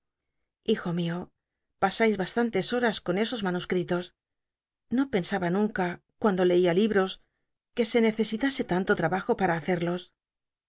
llijo mio pasais bastantes has con esos manuscritos no pensaba nunca cuando leia libos que se necesitase tanto labajo para hacerlos